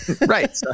Right